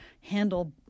handle